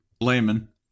layman